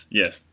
yes